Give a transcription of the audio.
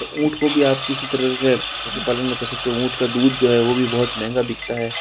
तो ऊँट को भी आप किसी तरह से पशुपालन में कर सकते हो ऊँट का दूध जो है वह भी बहुत महँगा बिकता है